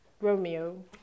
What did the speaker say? Romeo